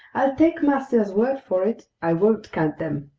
i'll take master's word for it. i won't count them.